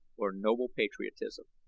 or noble patriotism.